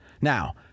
Now